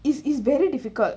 it's it's very difficult